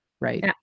right